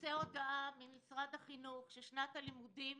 תצא הודעה ממשרד החינוך ששנת הלימודים